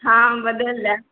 हँ हम बदलि देब